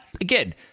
Again